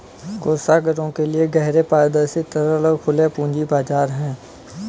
कोषागारों के लिए गहरे, पारदर्शी, तरल और खुले पूंजी बाजार हैं